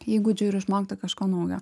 įgūdžių ir išmokti kažko naujo